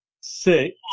six